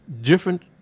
different